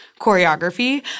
choreography